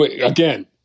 Again